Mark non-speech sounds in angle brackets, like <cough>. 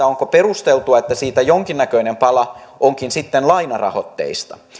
<unintelligible> onko perusteltua että siitä jonkinnäköinen pala onkin sitten lainarahoitteista